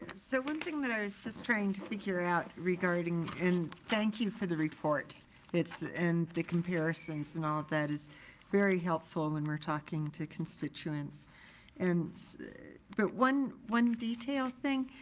so one thing that i was just trying to figure out regarding, and thank you for the report and the comparisons and all that is very helpful when we're talking to constituents and but one one detail thing,